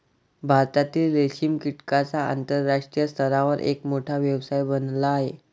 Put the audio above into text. भारतातील रेशीम कीटकांचा आंतरराष्ट्रीय स्तरावर एक मोठा व्यवसाय बनला आहे